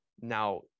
Now